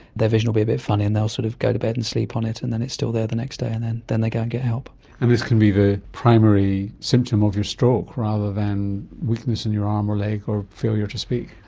their vision will be a bit funny and they will sort of go to bed and sleep on it and then it's still there the next day and then then they go and get help. and this can be the primary symptom of your stroke rather than weakness in your arm or leg or failure to speak.